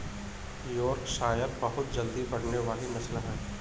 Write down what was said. Yorkshire बहुत जल्दी बढ़ने वाली नस्ल है